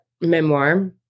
memoir